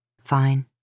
Fine